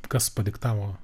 kas padiktavo